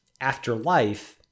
Afterlife